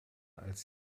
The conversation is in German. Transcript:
als